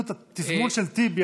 התזמון של טיבי,